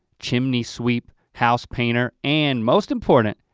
chimney sweep, house painter, and most important,